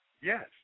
Yes